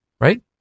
Right